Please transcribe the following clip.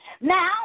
Now